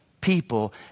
people